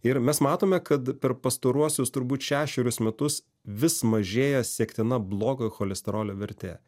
ir mes matome kad per pastaruosius turbūt šešerius metus vis mažėja sektina blogojo cholesterolio vertė